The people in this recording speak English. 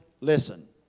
Listen